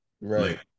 right